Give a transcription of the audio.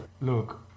look